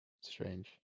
Strange